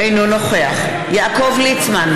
אינו נוכח יעקב ליצמן,